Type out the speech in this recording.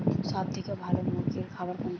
সবথেকে ভালো মুরগির খাবার কোনটি?